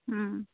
হুম